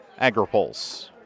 AgriPulse